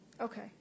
Okay